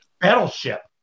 Battleship